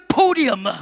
podium